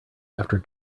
after